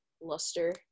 luster